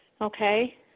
okay